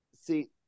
See